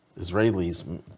Israelis